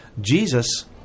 Jesus